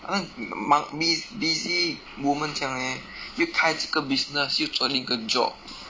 好像 b~ busy woman 这样 leh 又开这个 business 又赚一个 job